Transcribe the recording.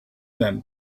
that